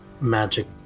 magic